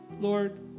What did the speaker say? Lord